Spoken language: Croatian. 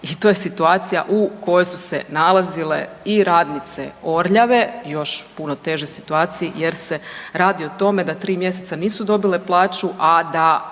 i to je situacija u kojoj su se nalazile i radnice „Orljave“ još u puno težoj situaciji jer se radi o tome da tri mjeseca nisu dobile plaću, a da